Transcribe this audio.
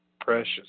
precious